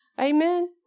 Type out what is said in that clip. Amen